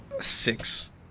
Six